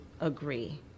agree